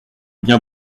bien